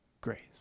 grace